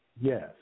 Yes